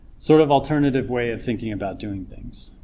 sort of alternative way of thinking about doing things,